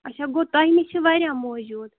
اچھا گوٚو تۄہہِ نِش چھِ واریاہ موجوٗد